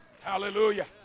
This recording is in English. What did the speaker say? Hallelujah